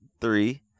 three